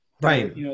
Right